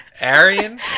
Arian